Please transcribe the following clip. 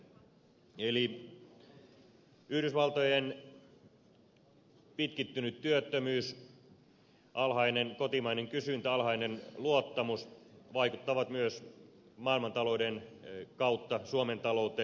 eli yhdysvaltojen pitkittynyt työttömyys alhainen kotimainen kysyntä ja alhainen luottamus vaikuttavat myös maailmantalouden kautta suomen talouteen